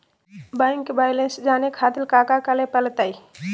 Bank balance जाने खातिर काका करे पड़तई?